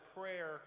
prayer